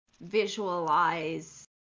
visualize